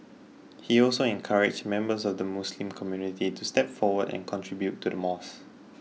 he also encouraged members of the Muslim community to step forward and contribute to the mosque